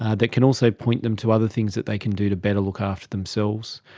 ah that can also point them to other things that they can do to better look after themselves,